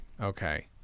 okay